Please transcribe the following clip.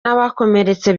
bakomeretse